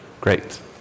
great